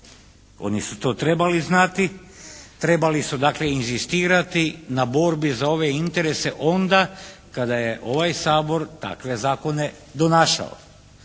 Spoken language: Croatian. Oni su to trebali znati, trebali su dakle inzistirati na borbi za ove interese onda kada je ovaj Sabor takve zakone donašao.